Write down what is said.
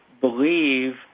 believe